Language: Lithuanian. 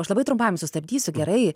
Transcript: aš labai trumpam jus sustabdysiu gerai